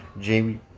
Jamie